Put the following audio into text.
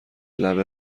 لبه